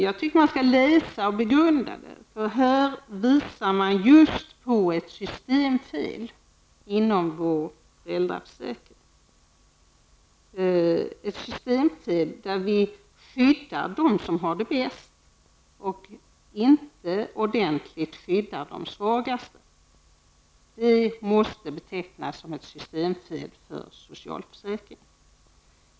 Jag tycker att man skall läsa och begrunda den. Här visar man på ett systemfel inom vår föräldraförsäkring. Det är ett systemfel där vi skyddar dem som har det bäst och inte ordentligt skyddar de svagaste. Det måste betecknas som ett systemfel inom socialförsäkringen.